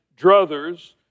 druthers